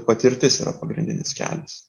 patirtis yra pagrindinis kelias